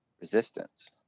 resistance